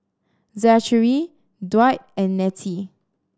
Zachary Dwight and Nettie